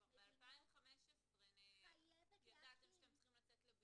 --- כבר ב-2015 ידעתם שאתם צריכים לצאת לבינוי.